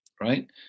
right